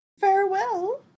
farewell